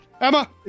Emma